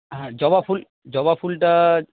হ্যাঁ জবা ফুল জবা ফুলটা